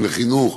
לחינוך,